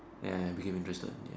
ya I became interested in the end